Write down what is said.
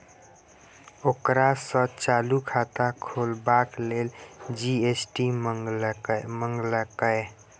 ओकरा सँ चालू खाता खोलबाक लेल जी.एस.टी मंगलकै